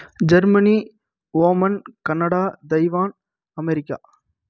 Germany Oman Canada Taiwan America